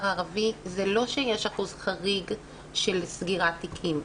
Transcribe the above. הערבי זה לא שיש אחוז חריג של סגירת תיקים,